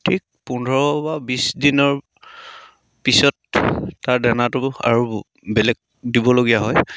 ঠিক পোন্ধৰ বা বিছ দিনৰ পিছত তাৰ দানাটো আৰু বেলেগ দিবলগীয়া হয়